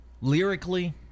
lyrically